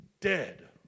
dead